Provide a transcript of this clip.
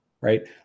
right